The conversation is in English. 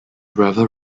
brother